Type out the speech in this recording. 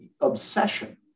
obsession